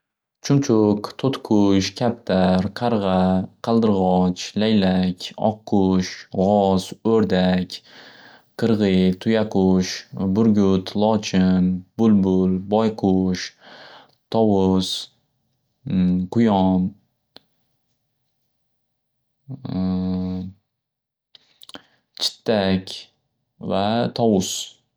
Chumchuq, to'tiqush, kaptar, qarg'a, qaldirg'och, laylak, oqqush, g'oz, o'rdak, qirg'iy, tuyaqush, burgut, lochin, bulbul, boyqush, tovus, quyon, chittak va tovus.